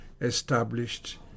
established